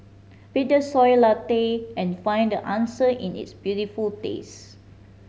pick the Soy Latte and find the answer in its beautiful taste